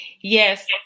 yes